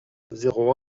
zéro